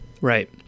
right